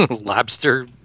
lobster